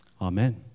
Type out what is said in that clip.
Amen